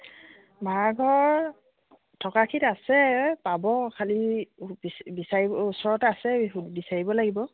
ভাড়াঘৰ থকাটো আছে পাব খালি বিচা বিচাৰিব ওচৰতে আছে বিচাৰিব লাগিব